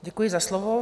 Děkuji za slovo.